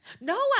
No